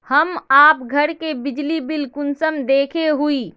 हम आप घर के बिजली बिल कुंसम देखे हुई?